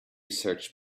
search